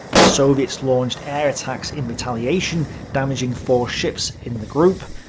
the soviets launched air attacks in retaliation, damaging four ships in the group.